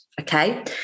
okay